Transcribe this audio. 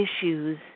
issues